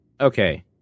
Okay